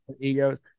egos